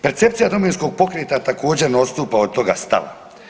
Percepcija Domovinskog pokreta također ne odstupa od toga stava.